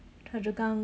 chua-chu-kang